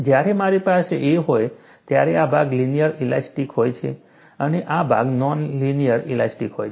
જ્યારે મારી પાસે a હોય ત્યારે આ ભાગ લિનિયર ઇલાસ્ટિક હોય છે અને આ ભાગ નોન લિનિયર ઇલાસ્ટિક હોય છે